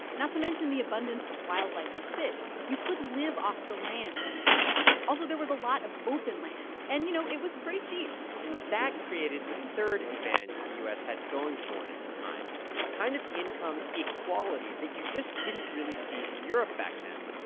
not to mention the abundance of wildlife and fish. you could live off the land in the u s. also there was a lot of open lands, and, you know, it was pretty cheap and that created the third advantage that the u s. had going for it at the time a kind of income equality that you just didn't really see in europe back then.